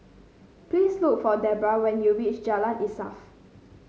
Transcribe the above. please look for Debbra when you reach Jalan Insaf